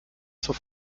zur